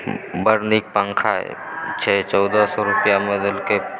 बड़ नीक पङ्खा अछि छै चौदह सए रुपैआमे देलकए